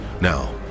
Now